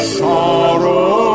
sorrow